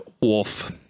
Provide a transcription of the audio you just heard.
wolf